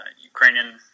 Ukrainian